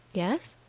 yes?